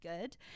good